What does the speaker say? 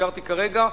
הזכרתי כרגע,